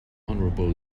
honorable